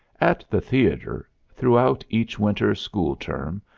at the theater, throughout each winter school term,